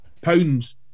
pounds